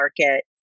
market